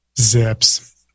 Zips